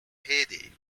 heyday